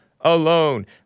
alone